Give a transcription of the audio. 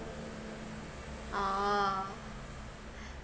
oh